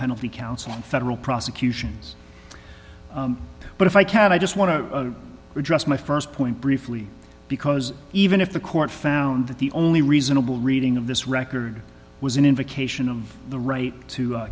penalty counsel in federal prosecutions but if i can i just want to address my st point briefly because even if the court found that the only reasonable reading of this record was an invocation of the right to